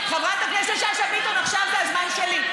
חברת הכנסת שאשא ביטון, עכשיו זה הזמן שלי.